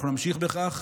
אנחנו נמשיך בכך,